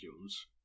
Jones